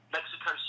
Mexico